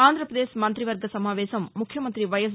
ఆంధ్రాపదేశ్ మంత్రివర్గ సమావేశం ముఖ్యమంతి వైఎస్